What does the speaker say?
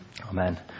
Amen